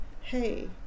hey